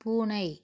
பூனை